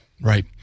Right